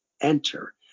enter